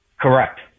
Correct